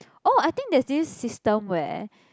oh I think there's this system where